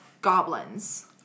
goblins